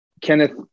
Kenneth